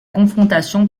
confrontation